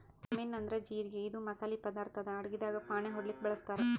cumin ಅಂದ್ರ ಜಿರಗಿ ಇದು ಮಸಾಲಿ ಪದಾರ್ಥ್ ಅದಾ ಅಡಗಿದಾಗ್ ಫಾಣೆ ಹೊಡ್ಲಿಕ್ ಬಳಸ್ತಾರ್